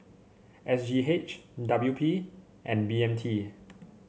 S G H W P and B M T